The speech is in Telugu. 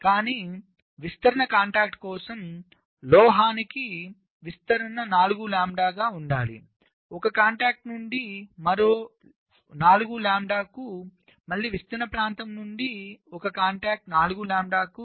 కానీ విస్తరణ కాంటాక్ట్ కోసం లోహానికి విస్తరణ 4 లాంబ్డా ఉండాలిఒక కాంటాక్ట్ నుండి మరొక 4 లాంబ్డాకు మళ్ళీ విస్తరణ ప్రాంతం నుండి ఒక కాంటాక్ట్ 4 లాంబ్డాకు